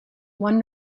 one